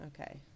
Okay